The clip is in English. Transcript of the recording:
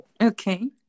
okay